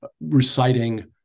reciting